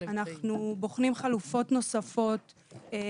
אנחנו בוחנים חלופות נוספות,